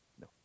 no